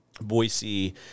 Boise